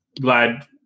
glad